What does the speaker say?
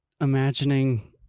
imagining